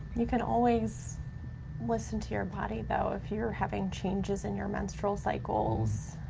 you can always listen to your body though. if you're having changes in your menstrual cycles,